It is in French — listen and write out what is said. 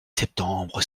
septembre